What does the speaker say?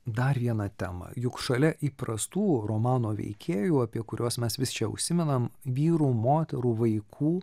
dar vieną temą juk šalia įprastų romano veikėjų apie kuriuos mes vis čia užsimenam vyrų moterų vaikų